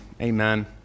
amen